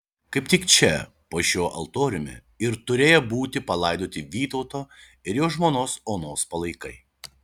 kaip tik čia po šiuo altoriumi ir turėję būti palaidoti vytauto ir jo žmonos onos palaikai